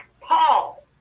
Paul